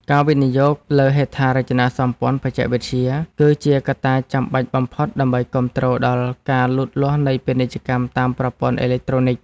ការវិនិយោគលើហេដ្ឋារចនាសម្ព័ន្ធបច្ចេកវិទ្យា គឺជាកត្តាចាំបាច់បំផុតដើម្បីគាំទ្រដល់ការលូតលាស់នៃពាណិជ្ជកម្មតាមប្រព័ន្ធអេឡិចត្រូនិក។